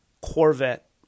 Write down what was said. Corvette